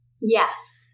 Yes